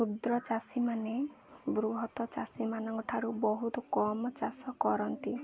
କ୍ଷୁଦ୍ର ଚାଷୀମାନେ ବୃହତ ଚାଷୀମାନଙ୍କ ଠାରୁ ବହୁତ କମ୍ ଚାଷ କରନ୍ତି